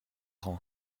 rang